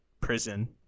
prison